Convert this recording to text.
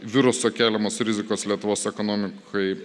viruso keliamos rizikos lietuvos ekonomikai